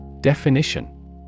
Definition